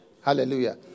Hallelujah